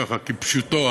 ככה כפשוטו,